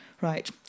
Right